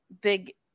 big